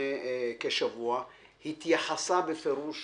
לפני כשבוע התייחסה בפירוש